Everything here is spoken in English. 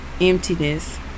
emptiness